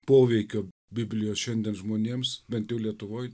poveikio biblijos šiandien žmonėms bent jau lietuvoj